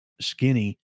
skinny